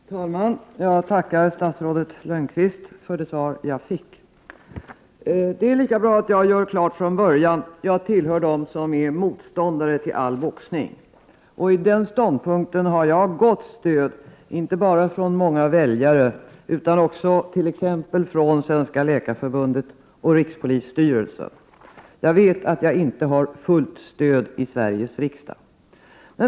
Herr talman! Jag tackar statsrådet Lönnqvist för det svar jag fick. Det är lika bra att jag gör klart från början: jag tillhör dem som är motståndare till all boxning. I den ståndpunkten har jag gott stöd, inte bara från många väljare utan också från t.ex. det svenska läkarförbundet och rikspolisstyrelsen. Jag vet att jag inte har fullt stöd i Sveriges riksdag.